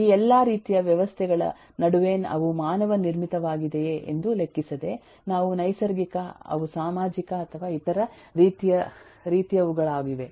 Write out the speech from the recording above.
ಈ ಎಲ್ಲಾ ರೀತಿಯ ವ್ಯವಸ್ಥೆಗಳ ನಡುವೆ ಅವು ಮಾನವ ನಿರ್ಮಿತವಾಗಿದೆಯೆ ಎಂದು ಲೆಕ್ಕಿಸದೆ ಅವು ನೈಸರ್ಗಿಕ ಅವು ಸಾಮಾಜಿಕ ಅಥವಾ ಇತರ ರೀತಿಯವುಗಳಾಗಿವೆ